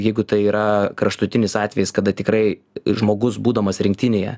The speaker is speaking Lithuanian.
jeigu tai yra kraštutinis atvejis kada tikrai žmogus būdamas rinktinėje